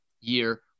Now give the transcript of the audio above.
year